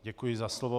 Děkuji za slovo.